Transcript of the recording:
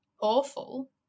awful